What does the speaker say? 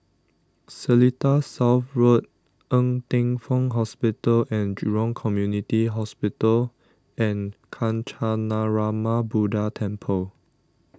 Seletar South Road Ng Teng Fong Hospital and Jurong Community Hospital and Kancanarama Buddha Temple